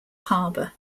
harbour